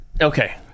Okay